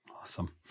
Awesome